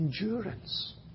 endurance